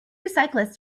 cyclists